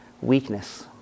weakness